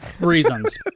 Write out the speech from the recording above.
reasons